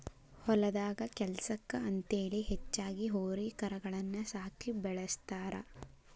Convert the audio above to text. ಹೊಲದಾಗ ಕೆಲ್ಸಕ್ಕ ಅಂತೇಳಿ ಹೆಚ್ಚಾಗಿ ಹೋರಿ ಕರಗಳನ್ನ ಸಾಕಿ ಬೆಳಸ್ತಾರ